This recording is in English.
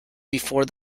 before